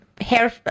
hair